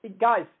Guys